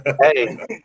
hey